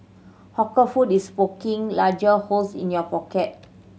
hawker food is poking larger holes in your pocket